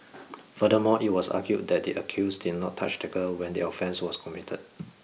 furthermore it was argued that the accused did not touch the girl when the offence was committed